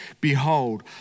Behold